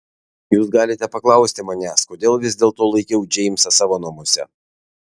jūs galite paklausti manęs kodėl vis dėlto laikiau džeimsą savo namuose